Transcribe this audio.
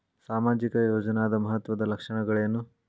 ಸಾಮಾಜಿಕ ಯೋಜನಾದ ಮಹತ್ವದ್ದ ಲಕ್ಷಣಗಳೇನು?